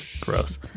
Gross